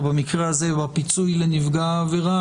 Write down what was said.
ובמקרה הזה בפיצוי לנפגע העבירה,